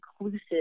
inclusive